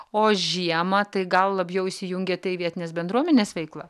o žiemą tai gal labiau įsijungiate į vietinės bendruomenės veiklą